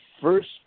first